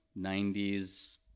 90s